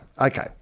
okay